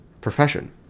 profession